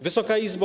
Wysoka Izbo!